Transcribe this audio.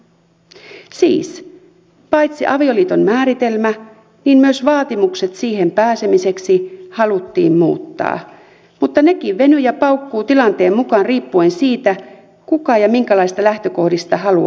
siis paitsi avioliiton määritelmä niin myös vaatimukset siihen pääsemiseksi haluttiin muuttaa mutta nekin venyvät ja paukkuvat tilanteen mukaan riippuen siitä kuka ja minkälaisista lähtökohdista haluaa avioliittoon